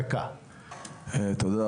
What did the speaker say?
תודה,